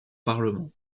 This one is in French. parlement